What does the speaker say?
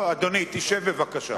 אדוני, תשב בבקשה.